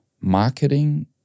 marketing